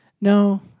no